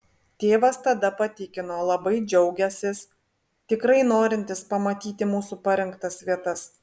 tėvas tada patikino labai džiaugiąsis tikrai norintis pamatyti mūsų parinktas vietas